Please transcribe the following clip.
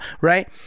right